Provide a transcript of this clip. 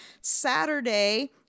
Saturday